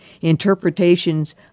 interpretations